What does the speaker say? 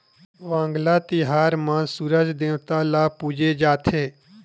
वांगला तिहार म सूरज देवता ल पूजे जाथे